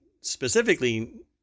specifically